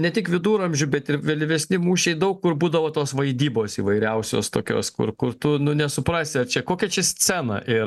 ne tik viduramžių bet ir vėlyvesni mūšiai daug kur būdavo tos vaidybos įvairiausios tokios kur kur tu nu nesuprasi ar čia kokia čia scena ir